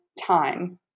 time